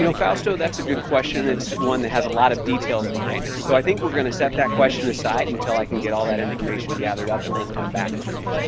you know fausto, that's a good question. it's one that has a lot of details behind it, so i think we're gonna set that question aside until i get all that information gathered up and we'll come back to it.